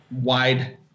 wide